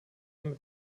mit